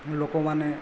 ଲୋକମାନେ